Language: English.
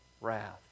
wrath